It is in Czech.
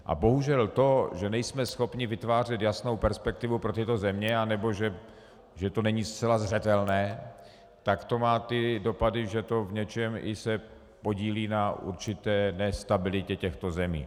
A bohužel to, že nejsme schopni vytvářet jasnou perspektivu pro tyto země, nebo že to není zcela zřetelné, tak to má ty dopady, že se to i v něčem podílí na určité nestabilitě těchto zemí.